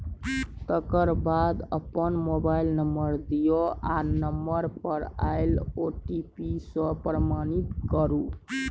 तकर बाद अपन मोबाइल नंबर दियौ आ नंबर पर आएल ओ.टी.पी सँ प्रमाणित करु